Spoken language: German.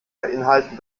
beinhalten